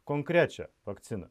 konkrečią vakciną